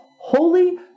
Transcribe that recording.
holy